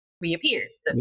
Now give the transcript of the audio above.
reappears